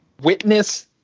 witness